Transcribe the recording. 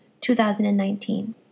2019